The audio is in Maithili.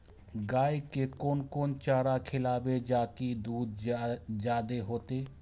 गाय के कोन कोन चारा खिलाबे जा की दूध जादे होते?